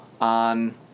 on